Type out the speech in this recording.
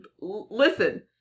Listen